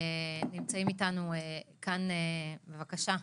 נעבור לפרופ' מיקי הלברטל, בבקשה.